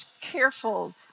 careful